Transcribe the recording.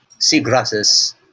Seagrasses